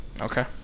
Okay